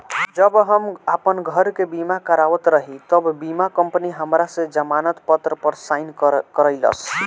जब हम आपन घर के बीमा करावत रही तब बीमा कंपनी हमरा से जमानत पत्र पर साइन करइलस